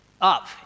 up